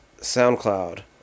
SoundCloud